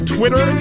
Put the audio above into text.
Twitter